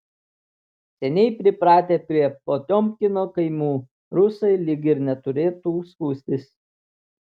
seniai pripratę prie potiomkino kaimų rusai lyg ir neturėtų skųstis